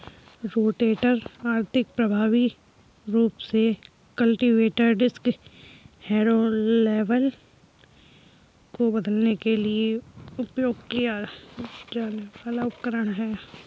rotator आर्थिक, प्रभावी रूप से कल्टीवेटर, डिस्क हैरो, लेवलर को बदलने के लिए उपयोग किया जाने वाला उपकरण है